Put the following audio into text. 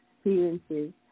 experiences